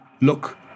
look